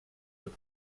were